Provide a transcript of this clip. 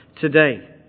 today